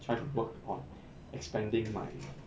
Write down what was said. try to work on expanding my